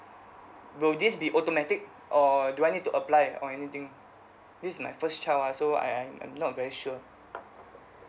will this be automatic or do I need to apply or anything this is my first child ah so I I I'm not very sure